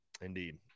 Indeed